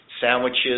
sandwiches